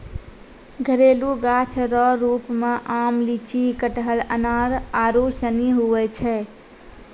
घरेलू गाछ रो रुप मे आम, लीची, कटहल, अनार आरू सनी हुवै छै